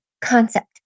concept